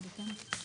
בסדר.